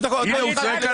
הוא צועק עליי.